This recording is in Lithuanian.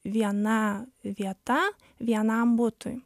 viena vieta vienam butui